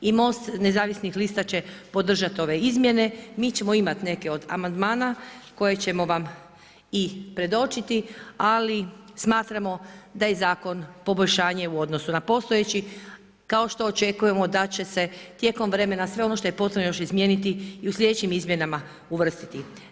I MOST nezavisnih lista će podržati ove izmjene, mi ćemo imati neke od amandmane koje ćemo vam i predočiti ali smatramo da je zakon poboljšanje u odnosu na postojeći kao što očekujemo da će se tijekom vremena sve ono što je potrebno još izmijeniti i u slijedećim izmjenama uvrstiti.